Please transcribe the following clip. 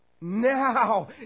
Now